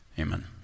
Amen